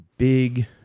big